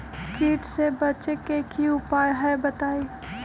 कीट से बचे के की उपाय हैं बताई?